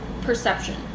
perception